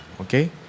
okay